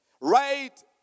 right